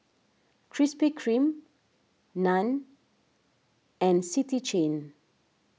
Krispy Kreme Nan and City Chain